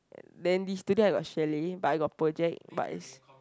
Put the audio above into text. then this today I got chalet but I got project but is